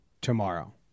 tomorrow